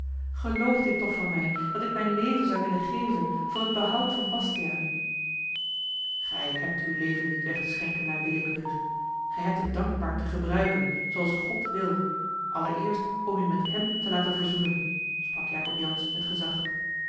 geloof dit toch van mij dat ik mijn leven zou willen geven voor het behoud van bastiaan gij hebt uw leven niet weg te schenken naar willekeur gij hebt het dankbaar te gebruiken zooals god wil allereerst om u met hem te laten verzoenen sprak jacob jansz met gezag